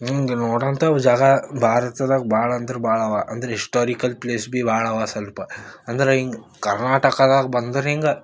ಹಿಂಗ್ ನೋಡೋ ಅಂಥವು ಜಾಗ ಭಾರತದಾಗ ಭಾಳ ಅಂದ್ರೆ ಭಾಳ ಅವ ಅಂದ್ರೆ ಹಿಸ್ಟೋರಿಕಲ್ ಪ್ಲೇಸ್ ಭಿ ಭಾಳ ಅವ ಸ್ವಲ್ಪ ಅಂದ್ರೆ ಹಿಂಗ್ ಕರ್ನಾಟಕದಾಗ ಬಂದ್ರೆ ಹಿಂಗೆ